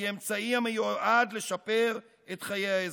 היא אמצעי המיועד לשפר את חיי האזרחים.